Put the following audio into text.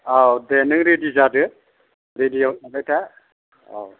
औ दे नों रेडि जादो रेडियाव थाबाय था औ